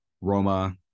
Roma